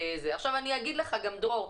אני אגיד לך דרור,